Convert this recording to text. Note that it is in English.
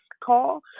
call